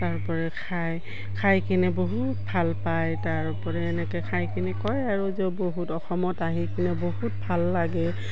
তাৰপৰা খাই খাই কিনে বহুত ভাল পায় তাৰোপৰি এনেকে খাই কিনে কয় আৰু যে বহুত অসমত আহি কিনে বহুত ভাল লাগে